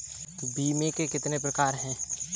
बीमे के कितने प्रकार हैं?